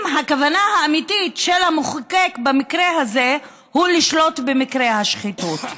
אם הכוונה האמיתית של המחוקק במקרה הזה היא לשלוט במקרי השחיתות,